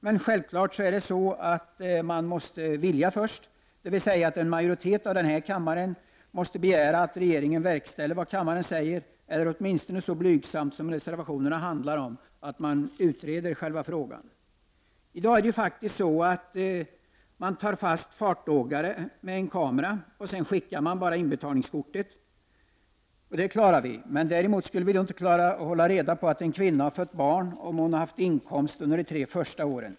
Men självfallet måste man först vilja göra det, dvs. en majoritet här i kammaren måste begära att regeringen verkställer ett sådant beslut eller åtminstone fattar ett så blygsamt beslut som reservanterna hemställer om, nämligen att man utreder frågan. I dag sätter man fast fartåkare med hjälp av en kamera, och sedan skickar man bara inbetalningskortet. Det klarar vi. Däremot skulle vi inte klara att hålla reda på att en kvinna har fött barn och om hon har haft inkomst under de tre första åren.